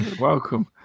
welcome